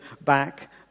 back